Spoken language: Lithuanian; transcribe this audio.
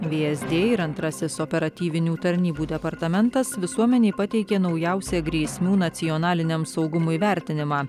vsd ir antrasis operatyvinių tarnybų departamentas visuomenei pateikė naujausią grėsmių nacionaliniam saugumui vertinimą